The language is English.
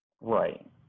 Right